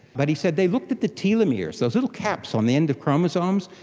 but he said they looked at the telomeres, those little caps on the end of chromosomes.